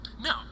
No